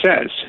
says –